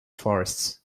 forests